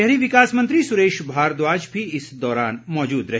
शहरी विकास मंत्री सुरेश भारद्वाज भी इस दौरान मौजूद रहे